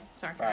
sorry